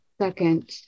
second